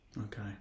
Okay